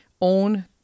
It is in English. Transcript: own